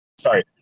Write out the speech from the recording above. sorry